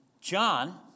John